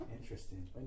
Interesting